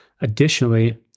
Additionally